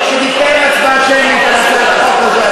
לכן אני מבקש שתתקיים הצבעה שמית על הצעת החוק הזאת,